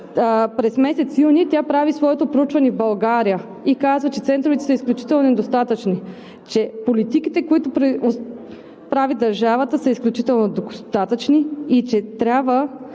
През месец юни тя прави своето проучване в България и казва, че центровете са изключително недостатъчни, че политиките, които прави държавата, са изключително недостатъчни и че